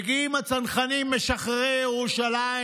מגיעים הצנחנים משחררי ירושלים: